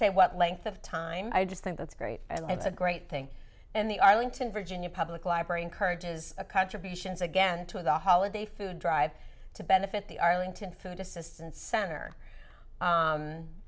say what length of time i just think that's great and it's a great thing in the arlington virginia public library encourages a contributions again to the holiday food drive to benefit the arlington food assistance center